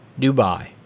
Dubai